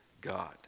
God